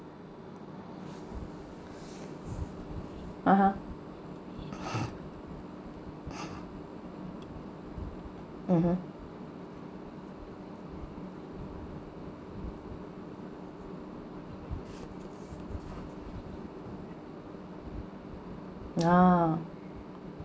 (uh huh) mmhmm ah